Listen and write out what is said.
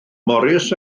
morris